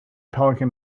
pelican